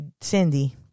Cindy